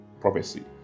prophecy